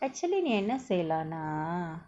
actually நீ என்ன செய்யலான்னா:nee enna seiyalana